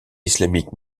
islamique